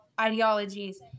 ideologies